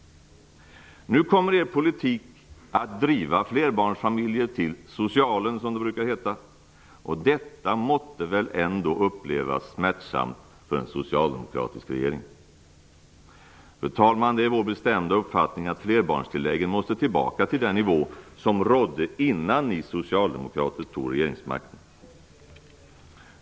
Nu kommer er politik att driva flerbarnsfamiljer till socialen, som det brukar heta. Detta måste väl ändå upplevas smärtsamt för en socialdemokratisk regering. Fru talman! Det är vår bestämda uppfattning att flerbarnstilläggen måste tillbaka till den nivå som rådde innan ni socialdemokrater tog regeringsmakten.